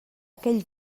aquell